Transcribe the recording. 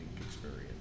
experience